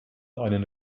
einen